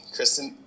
Kristen